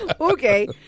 Okay